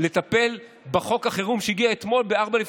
לטפל בחוק החירום שהגיע אתמול ב-04:00,